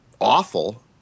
awful